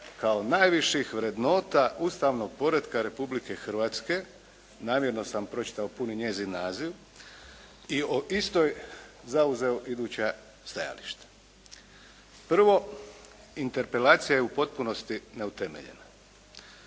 kao najviših vrednota ustavnog poretka Republike Hrvatske. Namjerno sam pročitao puni njezin naziv i o istoj zauzeo iduća stajališta. Prvo, interpelacija je u potpunosti neutemeljena.